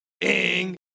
ing